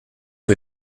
que